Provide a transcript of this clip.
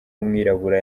w’umwirabura